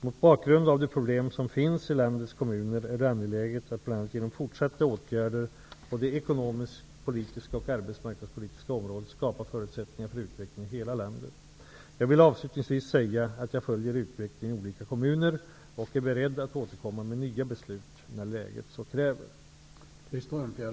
Mot bakgrund av de problem som finns i landets kommuner är det angeläget att genom bl.a. fortsatta åtgärder på det ekonomiskt politiska och arbetsmarknadspolitiska området skapa förutsättningar för utveckling i hela landet. Jag vill avslutningsvis säga att jag följer utvecklingen i olika kommuner och är beredd att återkomma med nya beslut när läget så kräver.